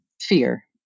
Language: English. fear